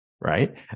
right